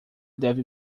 deve